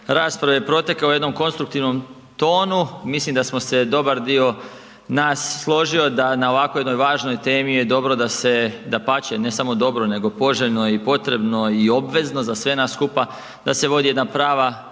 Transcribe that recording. rasprave je protekao u jednom konstruktivnom tonu, mislim da smo se dobar dio nas složio da na ovakvoj jednoj važnoj temi je dobro da se, dapače, ne samo dobro nego poželjno i potrebni obvezno za sve nas skupa, da se vodi jedna prava zdrava